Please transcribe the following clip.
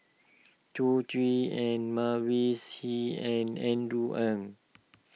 Chao Tzee Ng Mavis Hee and Andrew Ang